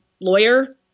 lawyer